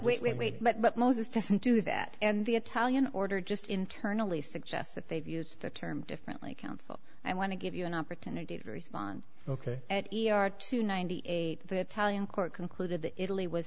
but wait wait wait but moses doesn't do that and the italian order just internally suggests that they've used the term differently counsel i want to give you an opportunity to respond ok e r to ninety eight the italian court concluded that italy was